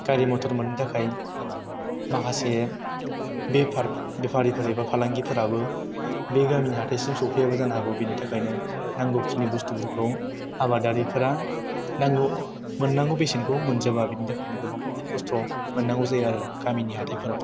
गारि मथर मोननो थाखाय माखासे बेफार बेफारिफोर एबा फालांगिफोराबो बे गामिनि हाथाइसिम सौफैयाबो जानो हागौ बेनि थाखायनो नांगौखिनि बुस्तुफोरखौ आबादारिफोरा नांगौ मोननांगौ बेसेनखौ मोनजोबा बिनि थाखायनो गोबां खस्थ' मोननांगौ जायो गामिनि हाथाइफोराव